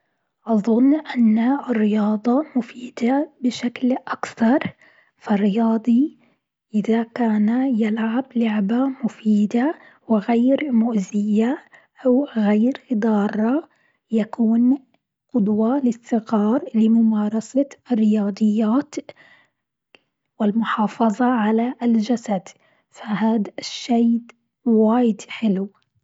أظن أن الرياضة مفيدة بشكل أكثر، فالرياضي إذا كان يلعب لعبة مفيدة وغير مؤذية أو غير ضارة، يكون قدوة للصغار لممارسة الرياضيات والمحافظة على الجسد، فهذا شيء واجد حلو.